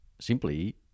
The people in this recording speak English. simply